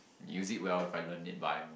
use it well if I learn it but I'm